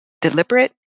deliberate